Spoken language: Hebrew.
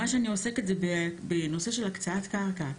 אני עוסקת בנושא הקצאת קרקע.